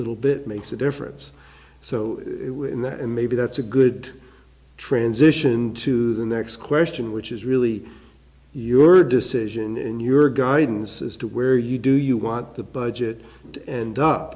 little bit makes a difference so when that and maybe that's a good transition to the next question which is really your decision and your guidance as to where you do you want the budget and up